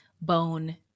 bone